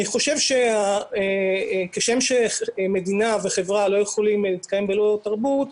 אני חושב שכשם שמדינה וחברה לא יכולים להתקיים בלא תרבות,